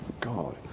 God